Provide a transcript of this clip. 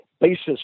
basis